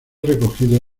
recogido